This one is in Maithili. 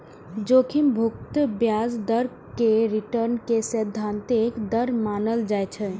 जोखिम मुक्त ब्याज दर कें रिटर्न के सैद्धांतिक दर मानल जाइ छै